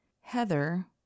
Heather